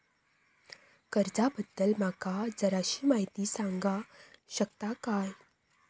कर्जा बद्दल माका जराशी माहिती सांगा शकता काय?